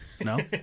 No